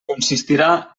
consistirà